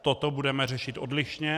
Toto budeme řešit odlišně.